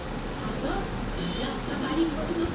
मला औद्योगिक कर्जासाठी कोणत्या कागदपत्रांची गरज भासेल?